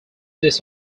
this